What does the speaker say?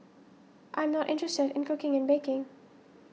I am not interested in cooking and baking